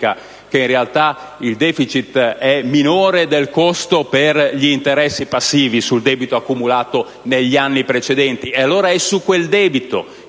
che, in realtà, il *deficit* è minore del costo per gli interessi passivi sul debito accumulato negli anni precedenti. Allora è su quel debito